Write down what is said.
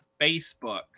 Facebook